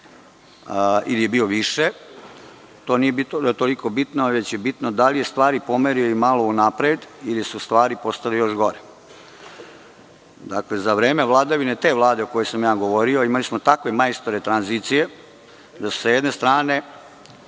ili je bio više, to nije toliko bitno, već je bitno da li je stvari pomerio imalo unapred ili su stvari postale još gore. Dakle, za vreme vladavine te vlade o kojoj sam ja govorio, imali smo takve majstore tranzicije da su sa jedne strane